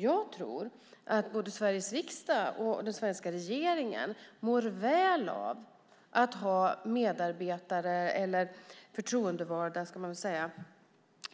Jag tror att både Sveriges riksdag och den svenska regeringen mår väl av att ha förtroendevalda